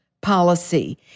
policy